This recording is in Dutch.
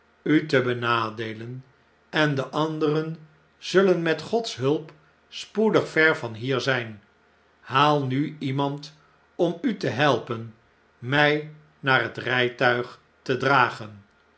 u te benadeelen en de anderen zullen met gods hulp spoedig ver van hier zijn haal nu iemand om u te helpen nuj naar het rytuig te dragen